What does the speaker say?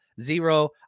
zero